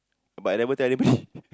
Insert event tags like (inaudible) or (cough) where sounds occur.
but I never tell anybody (laughs)